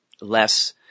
less